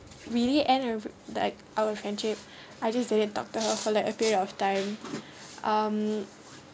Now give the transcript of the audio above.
really end the like our friendship I just dated doc~ for like a period of time um